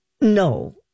no